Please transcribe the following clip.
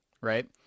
right